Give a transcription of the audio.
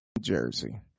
Jersey